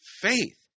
faith